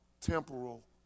temporal